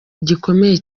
gikomeye